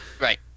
Right